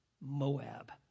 Moab